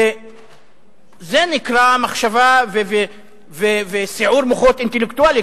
וזה נקרא מחשבה וסיעור מוחות אינטלקטואלי.